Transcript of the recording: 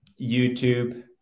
YouTube